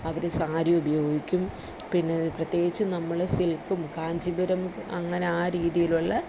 അവർ സാരി ഉപയോഗിക്കും പിന്നെ പ്രത്യേകിച്ച് നമ്മൾ സിൽക്കും കാഞ്ചിപുരം അങ്ങനെ ആ രീതിയിലുള്ള